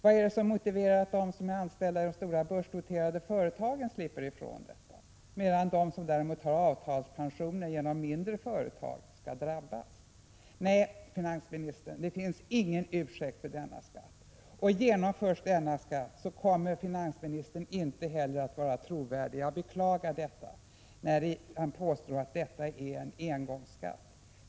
Vad är det som motiverar att de som är anställda i de stora börsnoterade företagen skall slippa, medan de som har avtalspensioner genom mindre företag skall drabbas? Nej, finansministern, det finns ingen ursäkt för denna skatt. Genomförs den kommer finansministern inte heller att vara trovärdig. Ingen kommer att tro på finansministerns påstående att det är fråga om en engångsskatt.